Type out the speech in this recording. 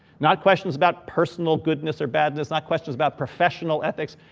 not questions about personal goodness or badness, not questions about professional ethics,